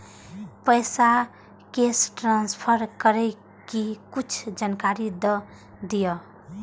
पैसा cash transfer करऐ कि कुछ जानकारी द दिअ